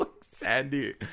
Sandy